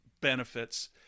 benefits